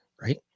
right